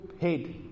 head